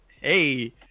Hey